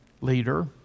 leader